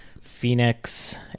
Phoenix